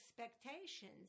expectations